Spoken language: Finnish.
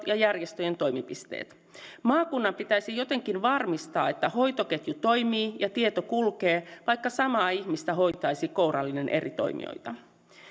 ja järjestöjen toimipisteet maakunnan pitäisi jotenkin varmistaa että hoitoketju toimii ja tieto kulkee vaikka samaa ihmistä hoitaisi kourallinen eri toimijoita